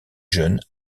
jeune